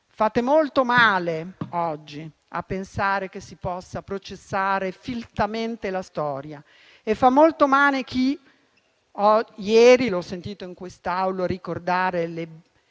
Fate molto male, oggi, a pensare che si possa processare fintamente la storia e fa molto male chi, come ho sentito ieri in quest'Aula, ricorda le